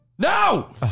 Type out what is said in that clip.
No